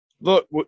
Look